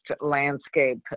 landscape